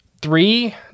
three